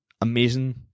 amazing